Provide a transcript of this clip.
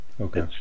okay